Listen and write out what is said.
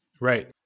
Right